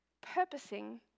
purposing